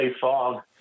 fog